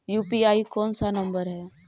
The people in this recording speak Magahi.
यु.पी.आई कोन सा नम्बर हैं?